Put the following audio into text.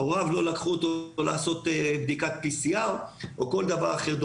הוריו לא לקחו אותו לעשות בדיקת PCR או כל דבר אחר.